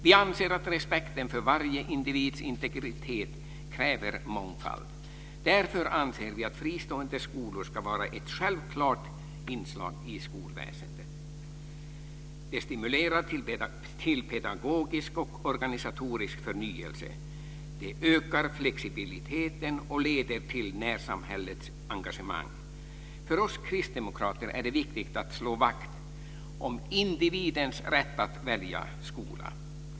Vi anser att respekten för varje individs integritet kräver mångfald. Därför anser vi att fristående skolor ska vara ett självklart inslag i skolväsendet. De stimulerar till pedagogisk och organisatorisk förnyelse, de ökar flexibiliteten och leder till närsamhällets engagemang. För oss kristdemokrater är det viktigt att slå vakt om individens rätt att välja skola.